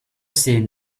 seen